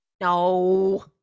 No